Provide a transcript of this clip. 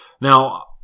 Now